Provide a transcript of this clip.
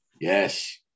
Yes